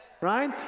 Right